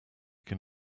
can